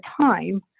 time